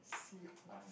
sea wasp